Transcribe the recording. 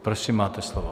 Prosím, máte slovo.